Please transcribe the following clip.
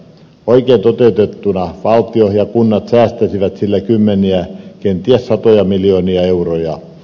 oikein toteutettuna valtio ja kunnat säästäisivät sillä kymmeniä kenties satoja miljoonia euroja